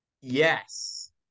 Yes